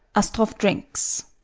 astroff drinks